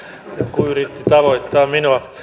joku yritti tavoittaa minua